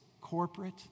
corporate